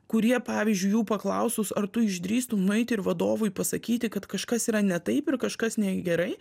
kurie pavyzdžiui jų paklausus ar tu išdrįstum nueit ir vadovui pasakyti kad kažkas yra ne taip kažkas negerai